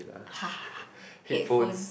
ha ha ha headphones